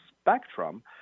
spectrum